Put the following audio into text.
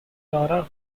laura